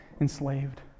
enslaved